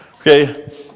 Okay